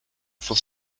for